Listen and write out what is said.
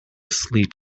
sleep